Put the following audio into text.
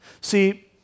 See